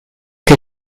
che